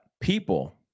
people